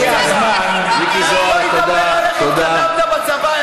שלא נדבר על איך התקדמת בצבא,